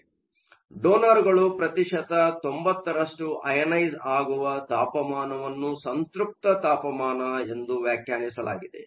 ಆದ್ದರಿಂದ ಡೊನರ್ಗಳು ಪ್ರತಿಶತ 90 ರಷ್ಟು ಅಯನೈಸ಼್ ಆಗುವ ತಾಪಮಾನಮಾನವನ್ನು ಸಂತ್ರಪ್ತ ತಾಪಮಾನ ಎಂದು ವ್ಯಾಖ್ಯಾನಿಸಲಾಗಿದೆ